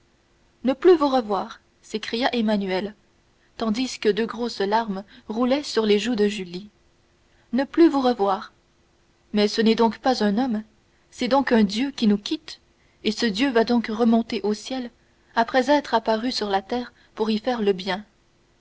ne plus vous revoir s'écria emmanuel tandis que deux grosses larmes roulaient sur les joues de julie ne plus vous revoir mais ce n'est donc pas un homme c'est donc un dieu qui nous quitte et ce dieu va donc remonter au ciel après être apparu sur la terre pour y faire le bien